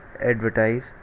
advertise